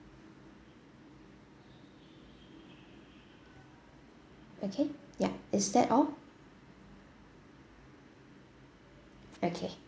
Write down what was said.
okay ya is that all okay